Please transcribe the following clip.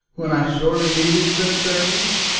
when i sorely needed such services?